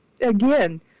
again